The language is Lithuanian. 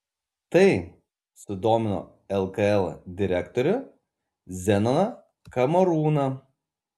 tai sudomino lkl direktorių zenoną kamarūną